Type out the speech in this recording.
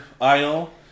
aisle